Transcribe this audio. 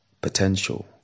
Potential